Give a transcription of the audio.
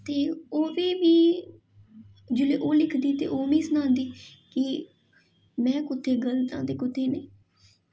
ते ओह् फ्ही बी जेल्लै ओह् लिखदी ते ओह् मीं सनांदी कि में कु'त्थें गलत आं ते कु'त्थें नेईं